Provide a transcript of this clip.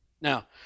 Now